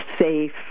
Safe